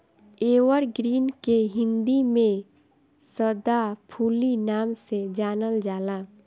evergreen के हिंदी में सदाफुली नाम से जानल जाला